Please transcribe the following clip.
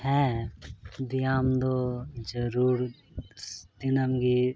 ᱦᱮᱸ ᱵᱮᱭᱟᱢ ᱫᱚ ᱡᱟᱹᱨᱩᱲ ᱫᱤᱱᱟᱹᱢ ᱜᱮ